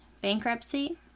Bankruptcy